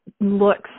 looks